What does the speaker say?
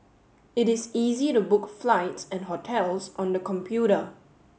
it is easy to book flights and hotels on the computer